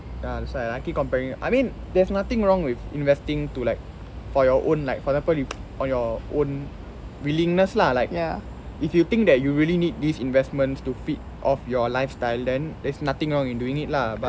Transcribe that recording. ya that's why I keep comparing I mean there's nothing wrong with investing to like for your own like for example you on your own willingness lah like if you think that you really need these investments to feed off your lifestyle then there's nothing wrong in doing it lah but